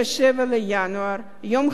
יום השואה הבין-לאומי.